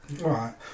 Right